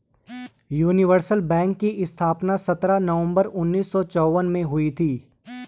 universal bank की स्थापना सत्रह नवंबर उन्नीस सौ चौवन में हुई थी